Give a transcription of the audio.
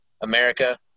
America